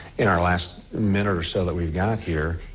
in our last minute or so that we've got here,